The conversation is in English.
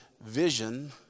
vision